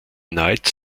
night